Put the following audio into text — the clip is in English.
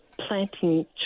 planting